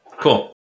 Cool